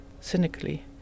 cynically